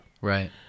Right